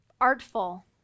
artful